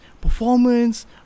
Performance